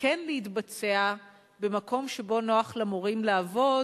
כן להתבצע במקום שבו נוח למורים לעבוד.